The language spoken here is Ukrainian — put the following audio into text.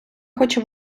хоче